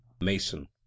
mason